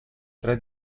tre